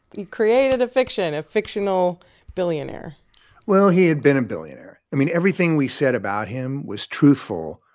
you created a fiction, a fictional billionaire well, he had been a billionaire. i mean, everything we said about him was truthful.